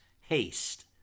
haste